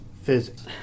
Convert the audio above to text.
physics